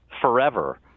forever